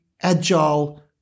agile